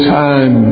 time